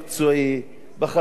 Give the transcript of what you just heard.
בחתך החברתי,